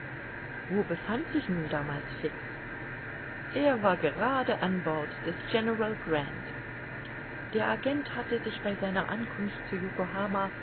wo befand sich nun damals fix er war gerade an bord des general grant der agent hatte sich bei seiner ankunft zu